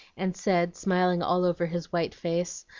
and said, smiling all over his white face,